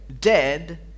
dead